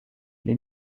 les